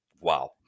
wow